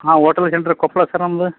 ಹಾಂ hotel centre Koppal sir ನಮ್ಮದು